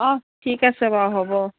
অঁ ঠিক আছে বাৰু হ'ব